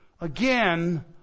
Again